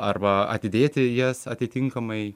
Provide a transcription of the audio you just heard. arba atidėti jas atitinkamai